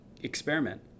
experiment